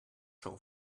show